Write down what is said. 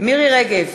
מירי רגב,